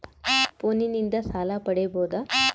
ಫೋನಿನಿಂದ ಸಾಲ ಪಡೇಬೋದ?